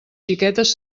xiquetes